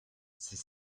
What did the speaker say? c’est